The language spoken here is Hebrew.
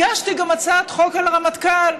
הגשתי גם הצעת חוק על רמטכ"ל,